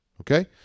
okay